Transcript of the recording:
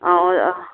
ꯑꯥꯎ ꯑꯥꯎ ꯑꯥ